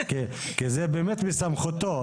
כי זה מסמכותו.